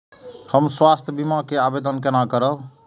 हम स्वास्थ्य बीमा के आवेदन केना करब?